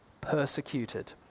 persecuted